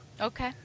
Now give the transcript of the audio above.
okay